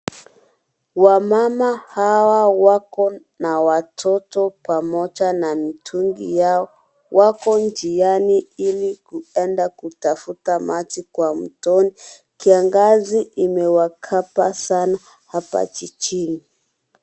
Wamama hawa wako na watoto pamoja na mitungi yao wako njiani ilikuenda kutafuta maji kuenda mtoni kiangazi imewakaba sana hapa jijini.